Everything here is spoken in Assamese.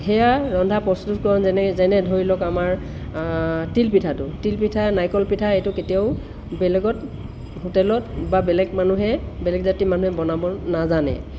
সেয়া ৰন্ধা প্ৰস্তুতকৰণ যেনেকৈ যেনে ধৰি লওক আমাৰ তিলপিঠাটো তিলপিঠা নাৰিকল পিঠা এইটো কেতিয়াও বেলেগত হোটেলত বা বেলেগ মানুহে বেলেগ জাতিৰ মানুহে বনাব নাজানে